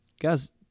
guys